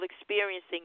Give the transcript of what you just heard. experiencing